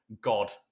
god